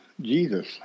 Jesus